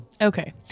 Okay